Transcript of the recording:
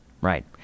right